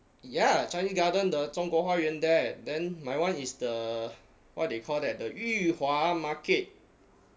ya chinese garden the 中国花园 there then my one is the what they call that the 裕华 market